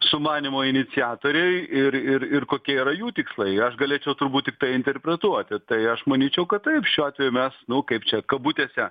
sumanymo iniciatoriai ir ir ir kokie yra jų tikslai aš galėčiau turbūt tiktai interpretuoti tai aš manyčiau kad taip šiuo atveju mes nu kaip čia kabutėse